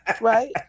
right